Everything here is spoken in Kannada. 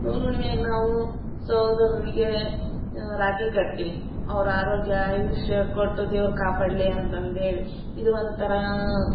ನೂಲು ಹುಣ್ಮ್ಯಾಗ್ ನಾವು ಸಹೋದರರಿಗೆ ರಾಖಿ ಕಟ್ತೀವಿ ಅವ್ರ ಆರೋಗ್ಯ ಆಯುಷ್ಯ ಕೊಟ್ಟು ದೇವ್ರು ಕಾಪಾಡಲಿ ಅಂತಂದು ಹೇಳಿ ಇದು ಒಂಥರ